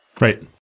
right